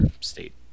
state